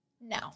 No